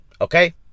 Okay